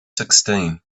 sixteen